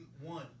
one